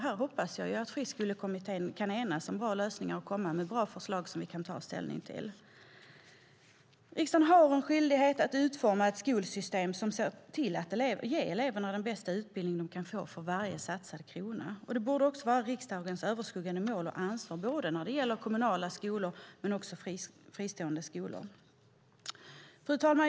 Här hoppas jag att Friskolekommittén kan enas om bra lösningar och komma med bra förslag som vi kan ta ställning till. Riksdagen har en skyldighet att utforma ett skolsystem som ser till att ge eleverna den bästa utbildning de kan få för varje satsad krona. Detta borde vara riksdagens överskuggande mål och ansvar när det gäller både kommunala skolor och fristående skolor. Fru talman!